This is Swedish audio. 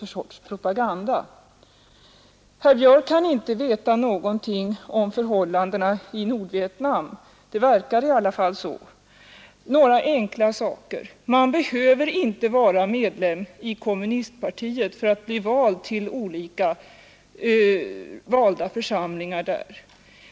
Herr Björck kan inte veta något om förhållandena i Nordvietnam. Det verkar i alla fall så. Några enkla saker: Man behöver inte vara medlem av kommunistpartiet för att bli vald till olika församlingar där.